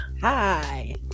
hi